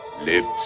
Lips